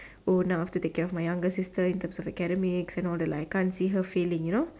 oh now I have to take care of my younger sister in terms of academics and all that I can't see her failing you know